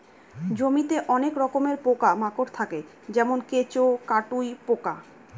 জমিতে অনেক রকমের পোকা মাকড় থাকে যেমন কেঁচো, কাটুই পোকা